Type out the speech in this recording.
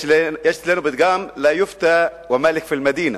יש אצלנו פתגם: לא יופתא ומאלכ פי אל-מדינה.